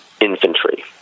infantry